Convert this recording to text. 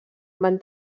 van